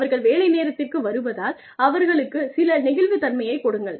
அவர்கள் வேலை நேரத்திற்கு வருவதால் அவர்களுக்கு சில நெகிழ்வுத்தன்மையைக் கொடுங்கள்